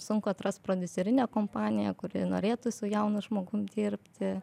sunku atrast prodiuserinę kompaniją kuri norėtų su jaunu žmogum dirbti